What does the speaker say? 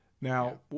Now